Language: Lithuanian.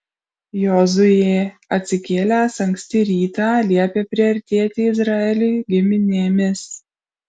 jozuė atsikėlęs anksti rytą liepė priartėti izraeliui giminėmis